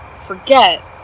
forget